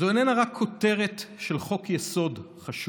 זו איננה רק כותרת של חוק-יסוד חשוב